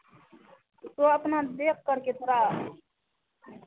तो अपना देखकर के थोड़ा